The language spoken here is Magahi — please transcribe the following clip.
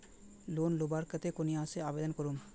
लोन लुबार केते कुनियाँ से आवेदन करूम?